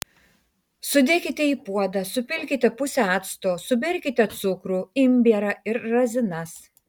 sudėkite į puodą supilkite pusę acto suberkite cukrų imbierą ir razinas